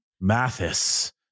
Mathis